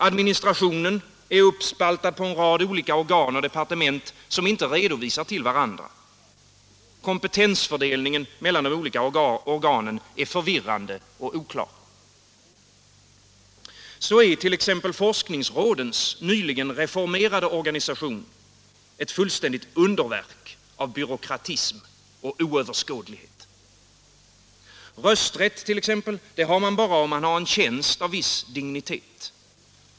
Administrationen är uppspaltad på en rad olika organ och departement, som inte redovisar till varandra. Kompetensfördelningen mellan de olika organen är förvirrande och oklar. Så är t.ex. forskningsrådens nyligen reformerade organisation ett fullständigt underverk av byråkratism och oöverskådlighet. Rösträtt t.ex. har man bara om man har en tjänst av viss dignitet.